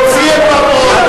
להוציא את בר-און.